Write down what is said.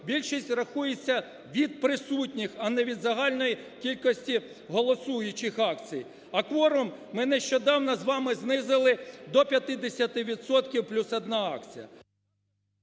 більшість рахується від присутніх, а не від загальної кількості голосуючих акцій. А кворум, ми нещодавно з вами знизили до 50-ти відсотків плюс одна акція.